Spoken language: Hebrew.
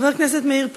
של חבר הכנסת מאיר פרוש: